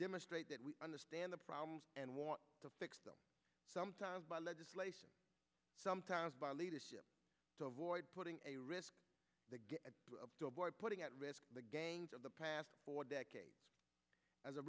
demonstrate that we understand the problems and want to fix them sometimes by legislation sometimes by leadership to avoid putting a risk putting at risk the gains of the past decade a